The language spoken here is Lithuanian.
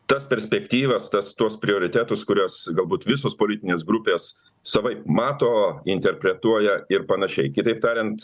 tas perspektyvas tas tuos prioritetus kuriuos galbūt visos politinės grupės savaip mato interpretuoja ir panašiai kitaip tariant